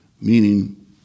meaning